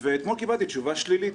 אתמול קיבלנו תשובה שלילית.